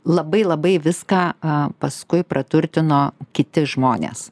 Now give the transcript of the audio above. labai labai viską paskui praturtino kiti žmonės